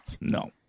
No